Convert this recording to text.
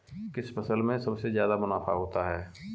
किस फसल में सबसे जादा मुनाफा होता है?